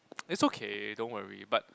it's okay don't worry but